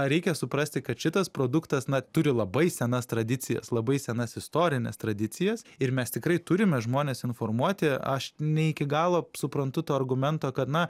ar reikia suprasti kad šitas produktas na turi labai senas tradicijas labai senas istorines tradicijas ir mes tikrai turime žmones informuoti aš ne iki galo suprantu to argumento kad na